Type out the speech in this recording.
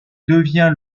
devient